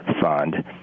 fund